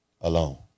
alone